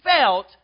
felt